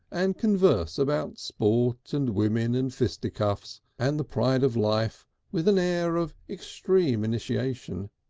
and converse about sport and women and fisticuffs and the pride of life with an air of extreme initiation,